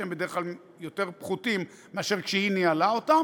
שהם בדרך כלל פחותים מאלה שהיו כשהיא ניהלה אותם,